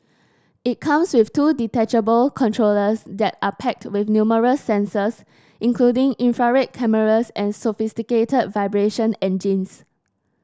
it comes with two detachable controllers that are packed with numerous sensors including infrared cameras and sophisticated vibration engines